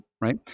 right